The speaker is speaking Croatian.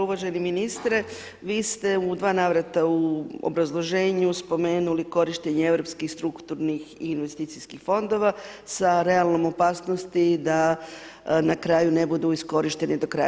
Uvaženi ministre, vi ste u dva navrata u obrazloženju spomenuli korištenje europskih strukturnih i investicijskih fondova sa realnom opasnosti da na kraju ne budu iskorišteni do kraja.